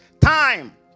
Time